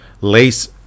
lace